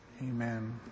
Amen